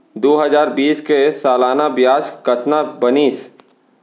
दू हजार बीस के सालाना ब्याज कतना बनिस?